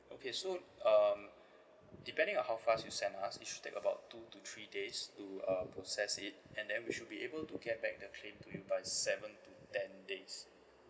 okay so um depending on how fast you send us it should take about two to three days to uh process it and then we should be able to get back the claim to you by seven to ten days